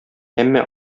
әмма